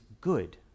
good